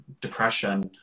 depression